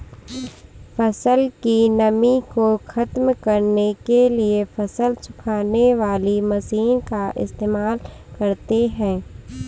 फसल की नमी को ख़त्म करने के लिए फसल सुखाने वाली मशीन का इस्तेमाल करते हैं